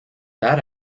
that